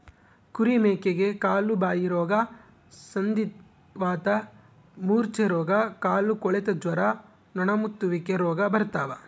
ಕುರಿ ಮೇಕೆಗೆ ಕಾಲುಬಾಯಿರೋಗ ಸಂಧಿವಾತ ಮೂರ್ಛೆರೋಗ ಕಾಲುಕೊಳೆತ ಜ್ವರ ನೊಣಮುತ್ತುವಿಕೆ ರೋಗ ಬರ್ತಾವ